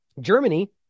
Germany